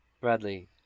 Bradley